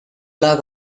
luck